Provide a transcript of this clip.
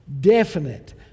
Definite